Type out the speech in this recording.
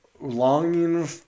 longing